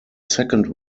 second